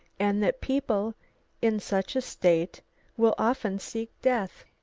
and that people in such a state will often seek death,